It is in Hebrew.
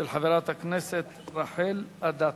של חברת הכנסת רחל אדטו.